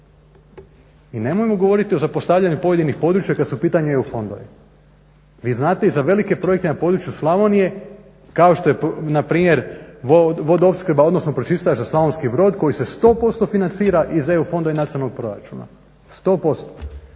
I nemojmo govoriti o zapostavljanju pojedinih područja kada su u pitanju EU fondovi. Vi znate i za velike projekte na području Slavonije kao što je npr. vodoopskrba odnosno pročistač za Slavonski Brod koji se 100% iz EU fonda i iz nacionalnog proračuna 100%.